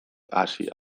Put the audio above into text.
hazia